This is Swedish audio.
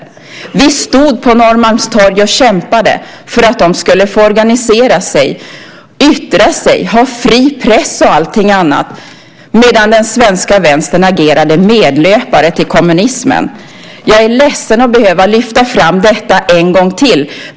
Vi stod på Norrmalmstorg och kämpade för att de skulle få organisera sig, yttra sig, ha fri press och allting annat medan den svenska vänstern agerade medlöpare till kommunismen. Jag är ledsen att behöva lyfta fram detta en gång till.